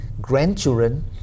grandchildren